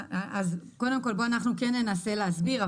קודם כל כן ננסה להסביר.